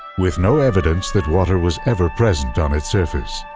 with no evidence that water was ever present on its surface.